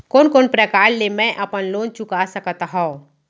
कोन कोन प्रकार ले मैं अपन लोन चुका सकत हँव?